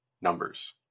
numbers